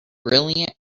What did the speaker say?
brilliant